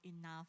enough